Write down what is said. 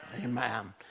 Amen